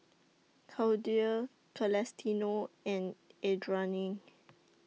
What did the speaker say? Clydie Celestino and Adriane